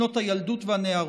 שנות הילדות והנערות.